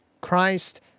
Christ